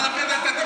אני יודע.